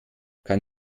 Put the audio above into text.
kann